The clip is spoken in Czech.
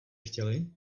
chtěli